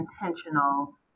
intentional